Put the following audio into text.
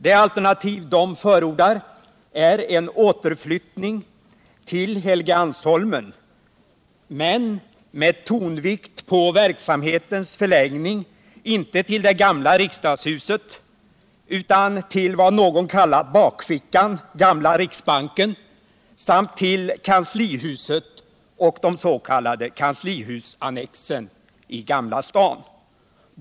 Det alternativ de förordar är en återflyttning till Helgeandsholmen, men med tonvikt på verksamhetens förläggning inte till det gamla riksdagshuset utan till vad någon kallat bakfickan, den gamla riksbanken, samt till kanslihuset och de s.k. kanslihusannexen i Gamla stan.